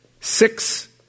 six